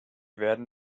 werden